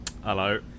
Hello